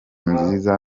nziza